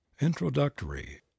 introductory